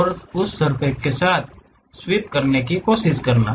और उस सर्फ़ेस के साथ स्वीप करने की कोशिश करें